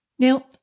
Now